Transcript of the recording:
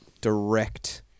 direct